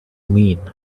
mean